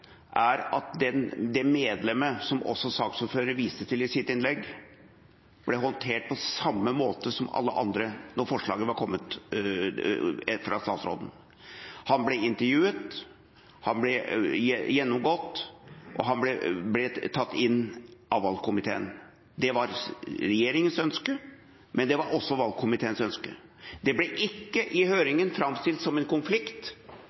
er at det medlemmet som også saksordføreren viste til i sitt innlegg, ble håndtert på samme måte som alle andre da forslaget fra statsråden var kommet. Han ble intervjuet, han ble «gjennomgått», og han ble tatt inn av valgkomiteen. Det var regjeringens ønske, men det var også valgkomiteens ønske. Det ble i høringen ikke framstilt som en konflikt